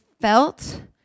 felt